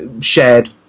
shared